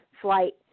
flight